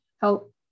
help